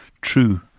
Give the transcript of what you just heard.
true